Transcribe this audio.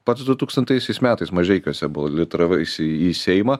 pats du tūkstantaisiais metais mažeikiuose bolitaravaisi į seimą